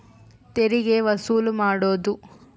ತೆರಿಗೆ ವಸೂಲು ಮಾಡೋದು